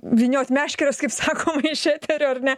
vyniot meškeres kaip sakoma iš eterio ar ne